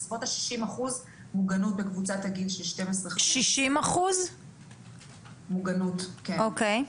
בסביבות ה-60% מוגנות בקבוצת הגיל של 12-15. אוקי.